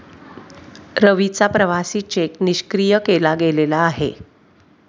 रवीचा प्रवासी चेक निष्क्रिय केला गेलेला आहे